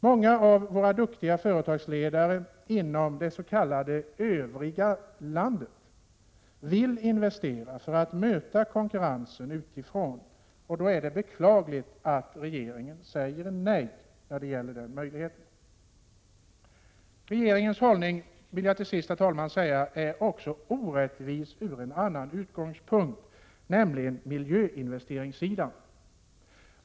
Många av våra duktiga företagsledare inom det s.k. övriga landet vill investera för att möta konkurrensen utifrån, och då är det beklagligt att regeringen säger nej till denna möjlighet. Herr talman! Regeringens hållning är också orättvis från en annan utgångspunkt, nämligen när det gäller miljöinvesteringar.